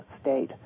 state